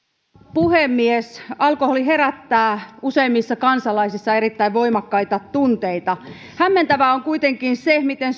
puhemies alkoholi herättää useimmissa kansalaisissa erittäin voimakkaita tunteita hämmentävää on kuitenkin se miten